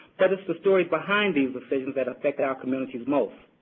that is the story behind these decisions that affect our communities most,